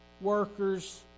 workers